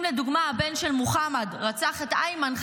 אם לדוגמה הבן של מוחמד רצח את איימן,